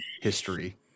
history